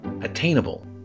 attainable